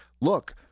look